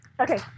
Okay